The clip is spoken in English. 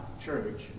church